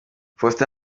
faustin